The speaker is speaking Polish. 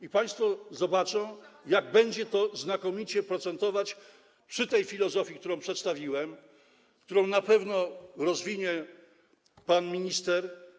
I państwo zobaczą, jak będzie to znakomicie procentować przy tej filozofii, którą przedstawiłem, co na pewno rozwinie pan minister.